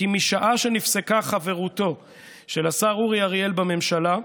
כי משעה שנפסקה חברותו של השר אורי אריאל בממשלה,